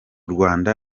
rwanda